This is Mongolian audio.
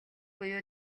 буюу